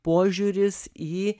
požiūris į